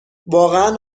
واقعا